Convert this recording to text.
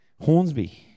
Hornsby